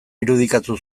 irudikatu